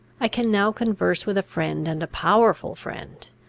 i can now converse with a friend, and a powerful friend,